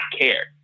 care